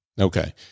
Okay